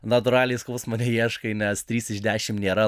natūraliai skausmo neieškai nes trys iš dešim nėra